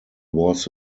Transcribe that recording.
was